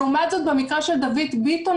לעומת זאת במקרה של דוד ביטון,